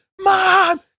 mom